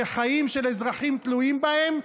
שחיים של אזרחים תלויים בהם,